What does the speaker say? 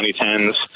2010s